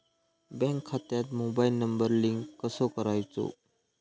Bank खात्यात mobile number link कसो करायचो?